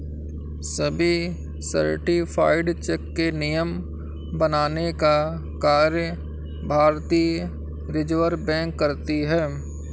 सभी certified cheque के नियम बनाने का कार्य भारतीय रिज़र्व बैंक करती है